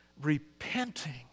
repenting